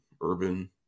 urban